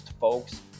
folks